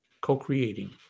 co-creating